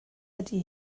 ydy